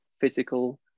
physical